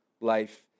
life